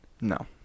no